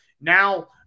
now